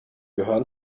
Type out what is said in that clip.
gehören